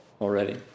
already